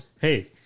Hey